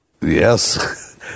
Yes